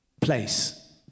place